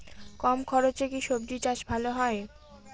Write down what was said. কম খরচে কি সবজি চাষ ভালো হয়?